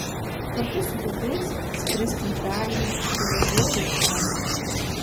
kartu su draugais skristi į italiją buvo žiauriai faina